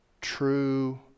true